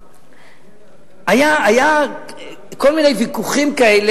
היו כל מיני ויכוחים כאלה,